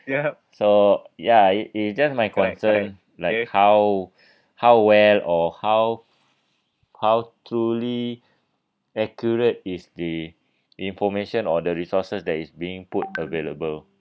so ya it it's just my concern like how how well or how how truly accurate is the information or the resources that is being put available